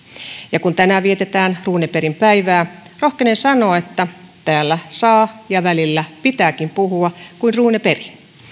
ja kun tänään vietetään runebergin päivää rohkenen sanoa että täällä saa ja välillä pitääkin puhua kuin ruuneperi